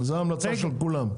זו ההמלצה של כולם.